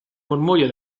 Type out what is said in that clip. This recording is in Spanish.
murmullo